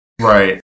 Right